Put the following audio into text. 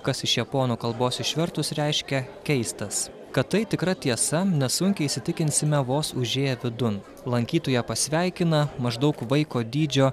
kas iš japonų kalbos išvertus reiškia keistas kad tai tikra tiesa nesunkiai įsitikinsime vos užėję vidun lankytoją pasveikina maždaug vaiko dydžio